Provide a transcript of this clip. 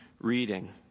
reading